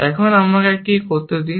এখন আমাকে এখানে এটি করতে দিন